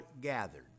gathered